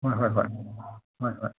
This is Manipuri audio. ꯍꯣꯏ ꯍꯣꯏ ꯍꯣꯏ ꯍꯣꯏ ꯍꯣꯏ